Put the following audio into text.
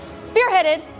spearheaded